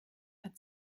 hat